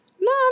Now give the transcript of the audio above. No